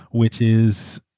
which is,